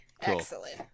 excellent